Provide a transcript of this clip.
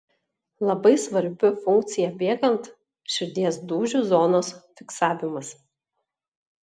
labai svarbi funkcija bėgant širdies dūžių zonos fiksavimas